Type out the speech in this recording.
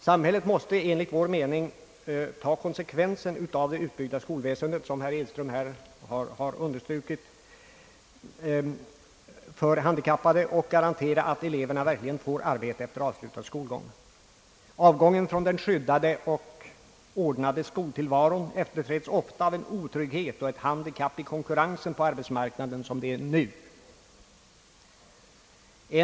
Samhället måste enligt vår mening ta konsekvensen av den utbyggnad av skolväsendet för handikappade som herr Edström har understrukit och garantera att eleverna efter avslutad skolgång verkligen får arbete. Avgången från den skyddade och ordnade skoltillvaron efterträds ofta av en otrygghet och ett handikapp i konkurrensen på arbetsmarknaden såsom förhållandena nu är.